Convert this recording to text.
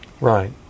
Right